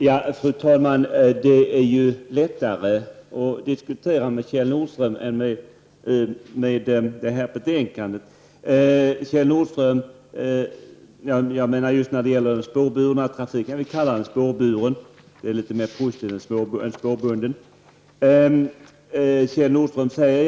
Fru talman! Det är nog lättare att diskutera med Kjell Nordström än att försöka få information i det aktuella betänkandet om den spårburna trafiken. Jag använder ordet spårburen, eftersom jag tycker att det är litet mera positivt än ordet spårbunden.